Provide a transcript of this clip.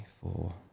four